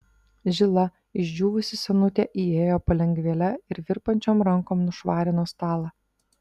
žila išdžiūvusi senutė įėjo palengvėle ir virpančiom rankom nušvarino stalą